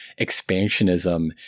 expansionism